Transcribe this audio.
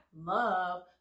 love